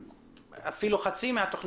אפילו לא חצי ממנה.